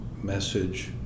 message